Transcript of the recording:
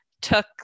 took